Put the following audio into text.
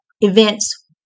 events